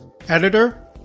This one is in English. editor